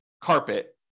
carpet